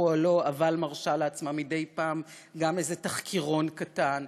פועלו אבל מרשה לעצמה מדי פעם גם איזה תחקירון קטן,